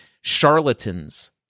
charlatans